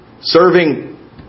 Serving